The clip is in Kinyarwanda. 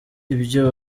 ibyo